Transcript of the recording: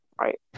right